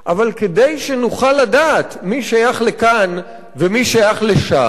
אבל כדי שנוכל לדעת מי שייך לכאן ומי שייך לשם,